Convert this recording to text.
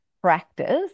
practice